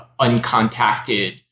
uncontacted